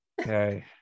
Okay